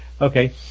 Okay